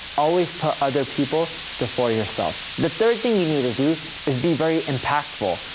always put other people before yourself. the third thing you need to do is be very impactful.